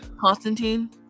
Constantine